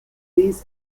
these